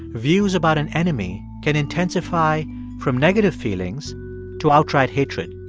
views about an enemy can intensify from negative feelings to outright hatred.